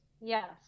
Yes